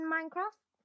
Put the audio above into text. Minecraft